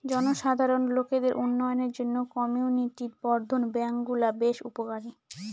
জনসাধারণ লোকদের উন্নয়নের জন্য কমিউনিটি বর্ধন ব্যাঙ্কগুলা বেশ উপকারী